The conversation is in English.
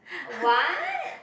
what